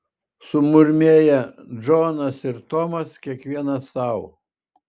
sumurmėję džonas ir tomas kiekvienas sau